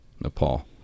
Nepal